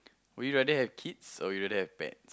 would you rather have kids or you rather have pet